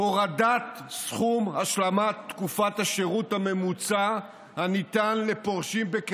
הצעת החוק מבקשת לעגן, נא להקשיב, בבקשה.